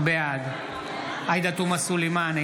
בעד עאידה תומא סלימאן,